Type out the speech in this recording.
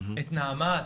את נעמ"ת,